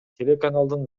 телеканалдын